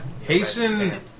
Hasten